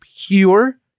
pure